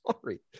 sorry